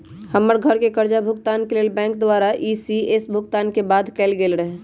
हमर घरके करजा भूगतान के लेल बैंक द्वारा इ.सी.एस भुगतान के बाध्य कएल गेल रहै